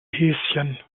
häschen